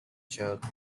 junk